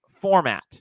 format